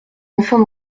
enfant